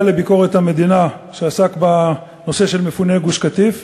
לביקורת המדינה בנושא של מפוני גוש-קטיף,